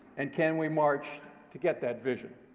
and can we march to get that vision?